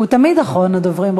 הוא תמיד אחרון הדוברים,